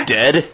dead